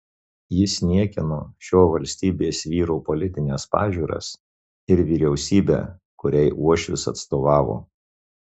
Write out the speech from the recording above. jis niekino šio valstybės vyro politines pažiūras ir vyriausybę kuriai uošvis atstovavo